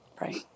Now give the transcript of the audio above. Right